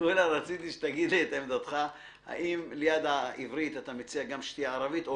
רציתי שתגיד לי את עמדתך האם ליד העברית אתה מציע שתהיה גם ערבית,